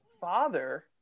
father